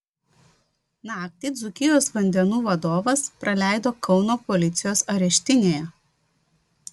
naktį dzūkijos vandenų vadovas praleido kauno policijos areštinėje